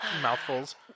mouthfuls